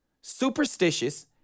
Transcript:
superstitious